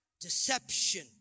deception